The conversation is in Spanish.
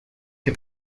que